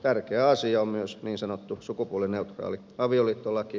tärkeä asia on myös niin sanottu sukupuolineutraali avioliittolaki